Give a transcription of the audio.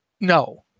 no